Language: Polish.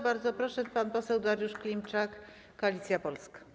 Bardzo proszę, pan poseł Dariusz Klimczak, Koalicja Polska.